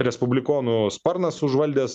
respublikonų sparnas užvaldęs